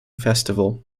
festival